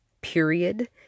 period